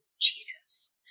Jesus